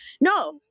no